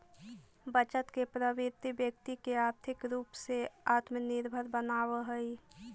बचत के प्रवृत्ति व्यक्ति के आर्थिक रूप से आत्मनिर्भर बनावऽ हई